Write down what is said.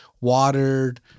watered